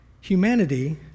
Humanity